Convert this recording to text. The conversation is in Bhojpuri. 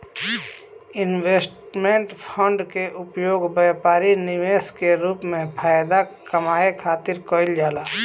इन्वेस्टमेंट फंड के उपयोग व्यापारी निवेश के रूप में फायदा कामये खातिर कईल जाला